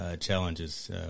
challenges